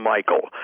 Michael